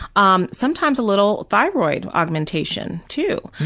um sometimes a little thyroid augmentation too.